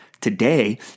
today